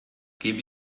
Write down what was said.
gebe